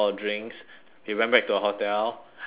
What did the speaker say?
we went back to our hotel and watch show